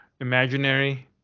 imaginary